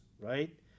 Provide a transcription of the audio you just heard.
right